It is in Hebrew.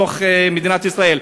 בתוך מדינת ישראל,